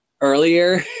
earlier